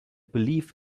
believe